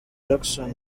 jackson